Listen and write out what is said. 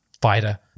fighter